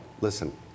listen